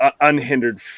unhindered